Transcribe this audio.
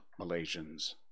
Malaysians